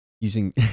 using